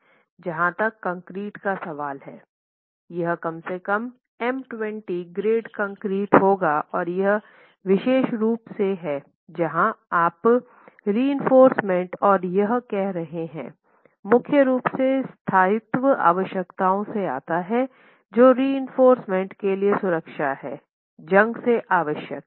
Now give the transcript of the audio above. जहां तक कंक्रीट का सवाल है यह कम से कम M20 ग्रेड कंक्रीट होगा और यह विशेष रूप से है जहाँ आपरिइंफोर्समेन्ट और यह कर रहे हैं मुख्य रूप से स्थायित्व आवश्यकताओं से आता है जोरिइंफोर्समेन्ट के लिए सुरक्षा है जंग से आवश्यक है